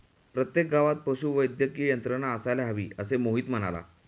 प्रत्येक गावात पशुवैद्यकीय यंत्रणा असायला हवी, असे मोहित म्हणाला